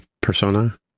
persona